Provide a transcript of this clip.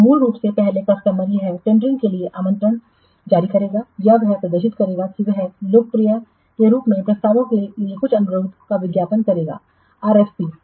तो मूल रूप से पहले कस्टमर वह टेंडरिंगके लिए आमंत्रण जारी करेगा या वह प्रदर्शित करेगा कि वह लोकप्रिय के रूप में प्रस्तावों के लिए कुछ अनुरोध का विज्ञापन करेगा आरएफपी